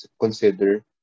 consider